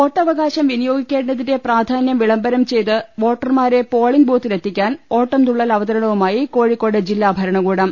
വോട്ടവകാശം വിനിയോഗിക്കേണ്ടതിന്റെ പ്രാധാന്യം വിളംബരം ചെയ്ത് വോട്ടർമാരെ പോളിങ് ബൂത്തിലെ ത്തിക്കാൻ ഓട്ടം തുള്ളൽ അവതരണവുമായി കോഴിക്കോട് ജില്ലാ ഭരണകൂടം